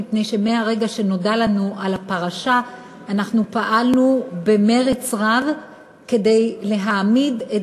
מפני שמהרגע שנודע לנו על הפרשה אנחנו פעלנו במרץ רב כדי להעמיד את